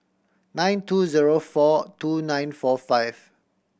nine two zero four two nine four five